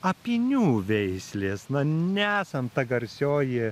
apynių veislės na nesame ta garsioji